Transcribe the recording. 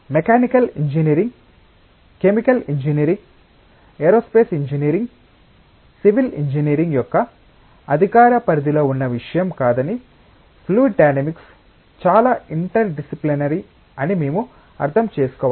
mechanical engineering chemical engineering aerospace engineering civil engineering యొక్క అధికార పరిధిలో ఉన్న విషయం కాదని ఫ్లూయిడ్ డైనమిక్స్ చాలా ఇంటర్ డిసిప్లినరీ అని మేము అర్థం చేసుకోవాలి